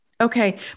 Okay